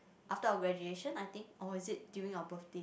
after our graduation I think or is it during our birthday